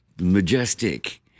majestic